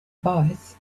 both